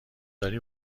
داری